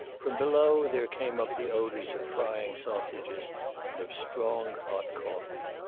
from below there came up the odors of frying sausages and of strong hot coffee.